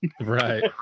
Right